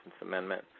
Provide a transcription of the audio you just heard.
amendment